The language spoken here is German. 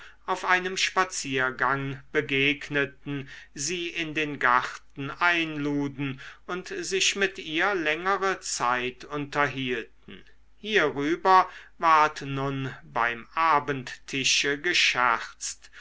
auf einem spaziergang begegneten sie in den garten einluden und sich mit ihr längere zeit unterhielten hierüber ward nun beim abendtische gescherzt